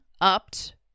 upped